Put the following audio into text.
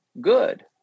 good